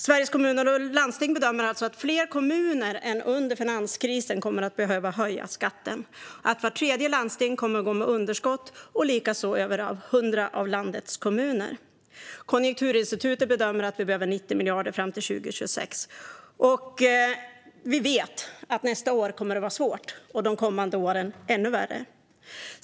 Sveriges Kommuner och Landsting bedömer alltså att fler kommuner än under finanskrisen kommer att behöva höja skatten och att vart tredje landsting kommer att gå med underskott, likaså över 100 av landets kommuner. Konjunkturinstitutet bedömer att vi behöver 90 miljarder fram till 2026. Vi vet att det nästa år kommer att vara svårt och att det under de kommande åren kommer att vara ännu värre.